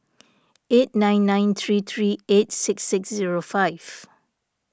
eight nine nine three three eight six six zero five